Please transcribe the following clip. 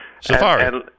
Safari